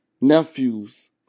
nephews